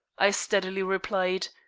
i steadily replied.